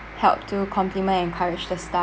help to complement encourage the staff